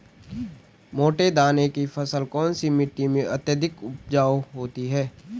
मोटे दाने की फसल कौन सी मिट्टी में अत्यधिक उपजाऊ होती है?